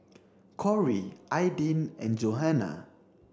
Corry Aydin and Johanna